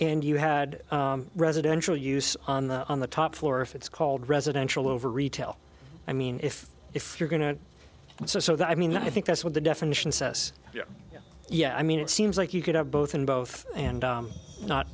and you had residential use on the on the top floor if it's called residential over retail i mean if if you're going to so that i mean i think that's what the definition says yeah yeah yeah i mean it seems like you could have both in both and